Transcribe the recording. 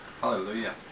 Hallelujah